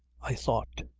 i thought,